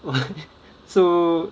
so